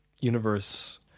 Universe